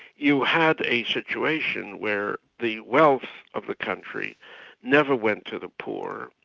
you had a situation where the wealth of the country never went to the poor.